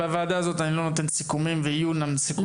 בוועדה הזאת אני לא נותן סיכומים ויהיו לנו סיכומים.